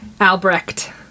Albrecht